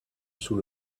sous